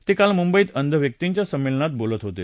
ते काल मुंबईत अंध व्यक्तींच्या संमेलनात बोलत होते